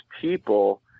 people